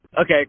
Okay